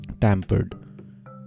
tampered